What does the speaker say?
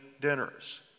dinners